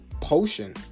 potion